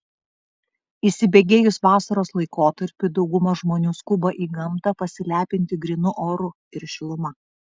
įsibėgėjus vasaros laikotarpiui dauguma žmonių skuba į gamtą pasilepinti grynu oru ir šiluma